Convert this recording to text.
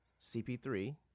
CP3